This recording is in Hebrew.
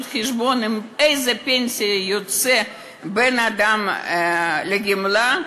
חשבון עם איזו פנסיה בן-אדם יוצא לגמלה.